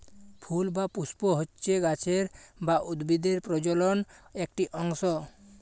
ফুল বা পুস্প হচ্যে গাছের বা উদ্ভিদের প্রজলন একটি অংশ